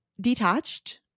detached